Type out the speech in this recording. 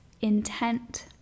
intent